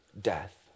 death